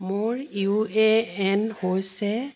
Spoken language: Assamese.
মোৰ ইউ এ এন হৈছে